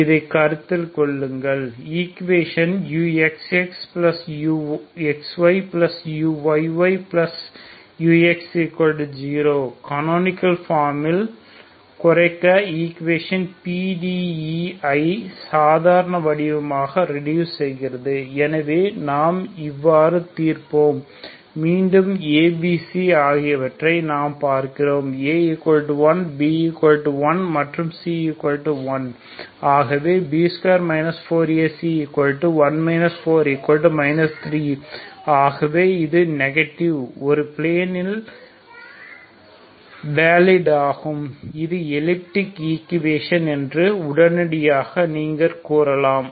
எனவே இதை கருத்தில் கொள்ளுங்கள் ஈக்குவேஷன் uxxuxyuyyux0 கனோனிகல் பார்மில் குறைக்க ஈக்குவேஷன் PDE ஐ சாதாரண வடிவமாகக் ரெடுஸ் செய்கிறது எனவே நாம் எவ்வாறு தீர்ப்போம் மீண்டும் A B C ஆகியவற்றை நாம் பார்க்கிறோம் A1 B1 and C1 ஆகவே B2 4AC1 4 3 ஆகவே இது நெகடிவ் முழு பிளேனில் வேலிட் ஆகும் இது எலிப்டிக் ஈக்குவேஷன் என்று உடனடியாக நீங்கள் கூறலாம்